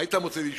היית מוצא בי שותף.